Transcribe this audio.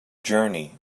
journey